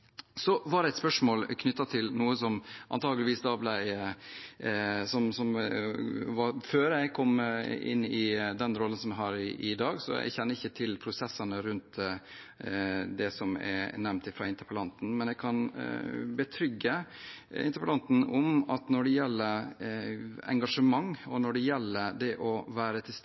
Så var det et spørsmål knyttet til noe som var før jeg kom inn i den rollen jeg har i dag, så jeg kjenner ikke til prosessene rundt det som er nevnt av interpellanten. Men jeg kan betrygge interpellanten om at når det gjelder engasjement, og når det gjelder det å være